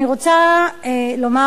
אני רוצה לומר,